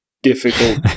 Difficult